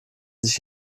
sich